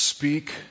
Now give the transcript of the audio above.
Speak